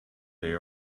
they